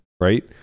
right